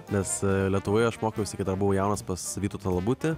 nes lietuvoje aš mokiausi buvau jaunas pas vytautą labutį